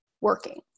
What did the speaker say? working